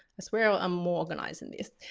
swear ah i'm more organised than this.